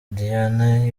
diane